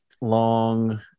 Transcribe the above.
long